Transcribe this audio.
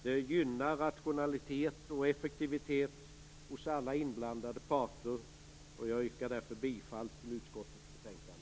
Det gynnar rationalitet och effektivitet hos alla inblandade parter, och jag yrkar därför bifall till utskottets hemställan i betänkandet.